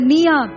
Nia